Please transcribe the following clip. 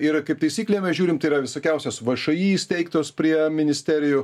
ir kaip taisyklė mes žiūrim tai yra visokiausios všį įsteigtos prie ministerijų